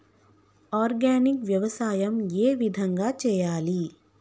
Organic వ్యవసాయం ఏ విధంగా చేయాలి?